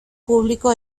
público